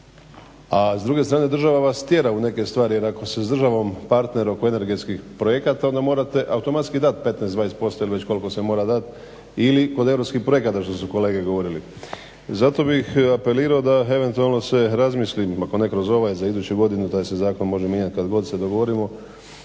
a s druge strane država vas tjera u neke stvari. Jer ako ste s državom partner oko energetskih projekata onda morate automatski dati 15, 20% ili već koliko se mora dati ili kod europskih projekata što su kolege govorili. Zato bih apelirao da eventualno se razmislim, ako ne kroz ovaj, za iduću godinu taj se zakon može mijenjati kad god se dogovorimo